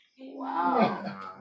Wow